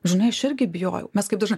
žinai aš irgi bijojau nes kaip dažnai